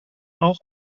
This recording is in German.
auch